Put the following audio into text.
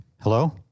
Hello